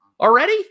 already